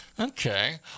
Okay